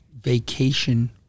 vacation